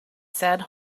said